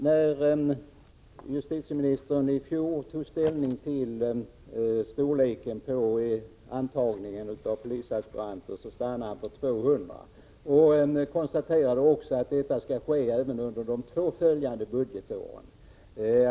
När justitieministern i fjol tog ställning till storleken på antagningen av polisaspiranter stannade han för 200 platser, och han konstaterade också att detta skulle gälla för intagningen under de två följande budgetåren.